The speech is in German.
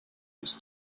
bis